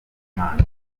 imana